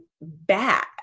bad